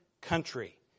country